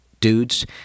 Dudes